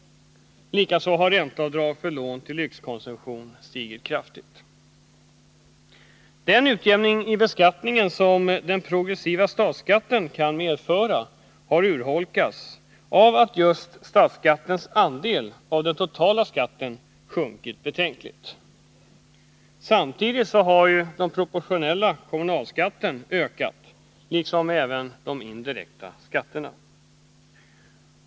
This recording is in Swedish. Likaså har ränteavdragen för lån till lyxkonsumtion stigit kraftigt. Den utjämning i beskattningen som den progressiva statsskatten kan medföra har urholkats av att just statsskattens andel av den totala skatten sjunkit betänkligt. Samtidigt har den proportionella kommunalskatten ökat, liksom även de indirekta skatterna.